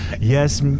yes